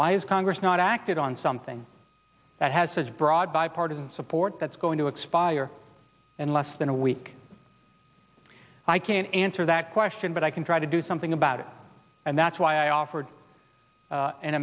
why is congress not acted on something that has such broad bipartisan support that's going to expire unless in a week i can't answer that question but i can try to do something about it and that's why i offered an a